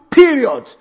period